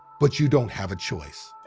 but you don't have a choice.